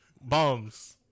bombs